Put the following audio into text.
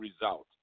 result